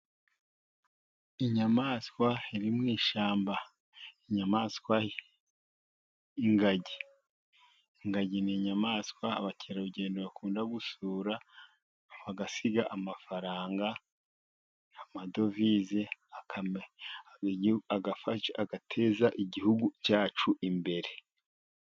Inyamaswa iri mu ishyamba, inyamaswa ingagi. Ingagi ni inyamaswa abakerarugendo bakunda gusura, bagasiga amafaranga, amadovize, agafasha, agateza igihugu cyacu imbere.